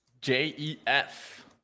J-E-F